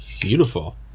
Beautiful